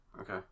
Okay